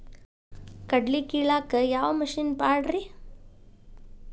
ಕಡ್ಲಿ ಕೇಳಾಕ ಯಾವ ಮಿಷನ್ ಪಾಡ್ರಿ?